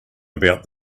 about